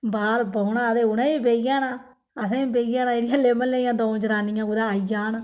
बाहर बौह्ना ते उनें बेही जाना असें बी बेही जाना अल्ले म्हल्ले दी दऊं जठानियां कुतेैआई जान